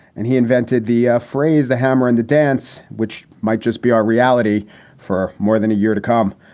and he invented the ah phrase the hammer and the dance, which might just be our reality for more than a year to come.